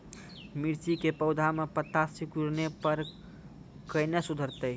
मिर्ची के पौघा मे पत्ता सिकुड़ने पर कैना सुधरतै?